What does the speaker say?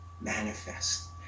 manifest